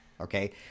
Okay